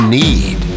need